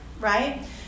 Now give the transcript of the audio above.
right